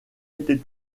été